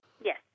Yes